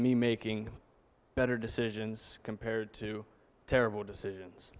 me making better decisions compared to terrible decisions